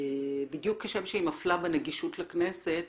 בדיוק כשם שהיא מפלה בנגישות לכנסת